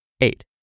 Eight